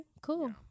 cool